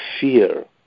fear